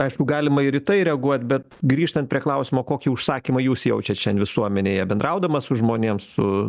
aišku galima ir į tai reaguot bet grįžtant prie klausimo kokį užsakymą jūs jaučiat visuomenėje bendraudama su žmonėm su